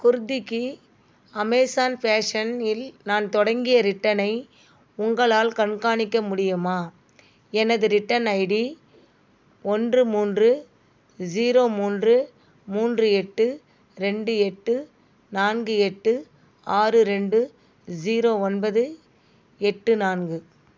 குர்திக்கு Amazon ஃபேஷனில் நான் தொடங்கிய ரிட்டனை உங்களால் கண்காணிக்க முடியுமா எனது ரிட்டன் ஐடி ஒன்று மூன்று ஜீரோ மூன்று மூன்று எட்டு ரெண்டு எட்டு நான்கு எட்டு ஆறு ரெண்டு ஜீரோ ஒன்பது எட்டு நான்கு